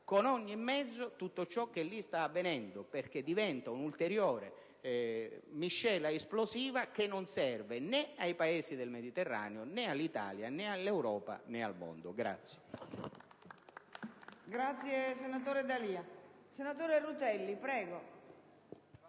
con ogni mezzo tutto ciò che lì sta avvenendo, perché diventa un'ulteriore miscela esplosiva, che non serve né ai Paesi del Mediterraneo, né all'Italia, né all'Europa, né al mondo.